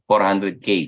400k